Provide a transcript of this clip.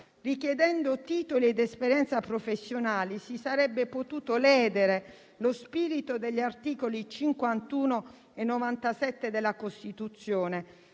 Richiedendo titoli ed esperienza professionali si sarebbe potuto ledere lo spirito degli articoli 51 e 97 della Costituzione,